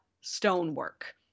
stonework